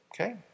Okay